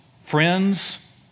friends